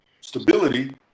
stability